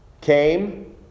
came